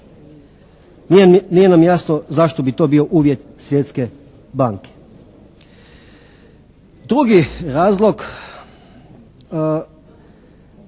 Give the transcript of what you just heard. Nije nam jasno zašto bi to bio uvjet Svjetske banke. Drugi razlog